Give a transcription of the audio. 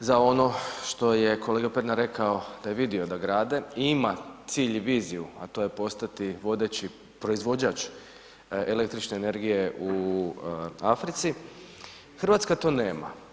za ono što je kolega Pernar rekao, da je vidio da grade i ima cilj i viziju, a to je postati vodeći proizvođač električne energije u Africi, Hrvatska to nema.